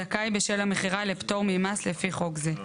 זכאי בשל המכירה לפטור ממס לפי חוק זה.